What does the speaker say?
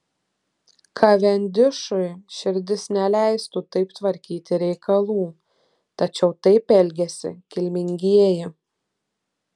kavendišui širdis neleistų taip tvarkyti reikalų tačiau taip elgiasi kilmingieji